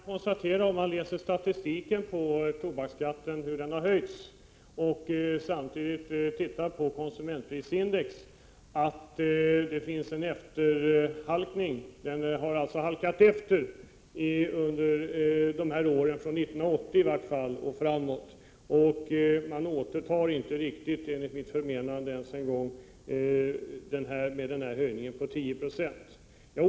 Herr talman! Om man läser den statistik som visar hur tobaksskatten har höjts och samtidigt ser på konsumentprisindex kan man konstatera att tobaksskatten har halkat efter under åren från omkring 1980 och framåt. Den höjning på 10 26 som nu föreslås är enligt mitt förmenande otillräcklig för att man skall komma till rätta med denna efterhalkning.